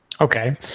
Okay